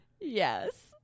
yes